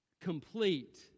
Complete